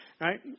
right